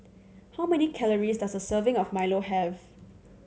how many calories does a serving of milo have